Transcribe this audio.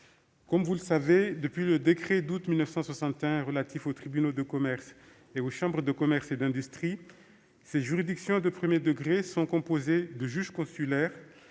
Vous le savez : depuis le décret d'août 1961 relatif aux tribunaux de commerce et aux chambres de commerce et d'industrie, ces juridictions de premier degré sont composées de juges consulaires